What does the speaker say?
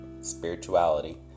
spirituality